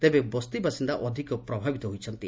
ତେବେ ବସ୍ତିବାସିନ୍ଦା ଅଧିକ ପ୍ରଭାବିତ ହୋଇଛନ୍ତି